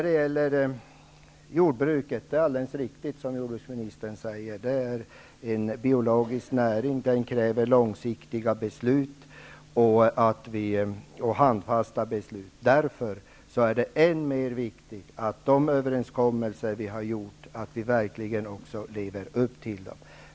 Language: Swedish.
Det är alldeles riktigt som jordbruksministern säger att jordbruket är en biologisk näring som kräver långsiktiga och handfasta beslut. Därför är det än mer viktigt att vi verkligen lever upp till de överenskommelser som vi har gjort.